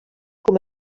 com